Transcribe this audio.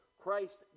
Christ